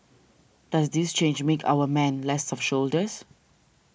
does this change make our men less of soldiers